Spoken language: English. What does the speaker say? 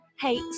Hey